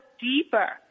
deeper